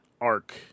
arc